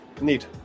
Neat